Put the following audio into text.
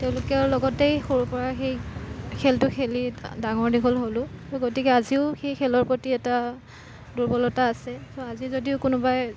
তেওঁলোকৰ লগতেই সৰুৰপৰা সেই খেলটো খেলি ডাঙৰ দীঘল হ'লোঁ গতিকে আজিও সেই খেলৰ প্ৰতি এটা দুৰ্বলতা আছে চ' আজি যদি কোনোবাই